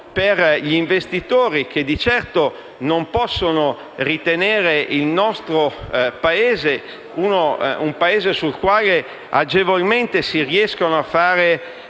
per gli investitori, che di certo non possono ritenere il nostro un Paese in cui agevolmente si riescono a fare